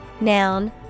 Noun